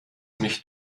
mich